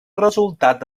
resultat